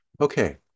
Okay